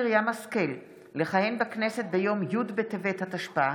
משחדלה חברת הכנסת שרן מרים השכל לכהן בכנסת ביום י' בטבת התשפ"א,